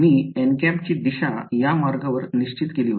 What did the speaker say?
मी ची दिशा या मार्गावर निश्चित केली होती